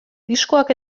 diskoak